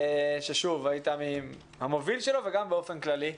ששוב, היית המוביל שלו, וגם באופן כללי.